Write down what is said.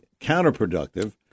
counterproductive